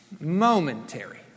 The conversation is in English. momentary